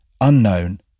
unknown